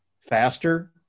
faster